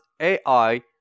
AI